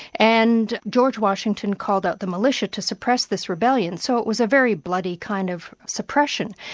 and george washington called out the militia to suppress this rebellion, so it was a very bloody kind of suppression.